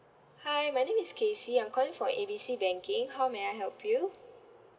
hi my name is casey I'm calling from A B C banking how may I help you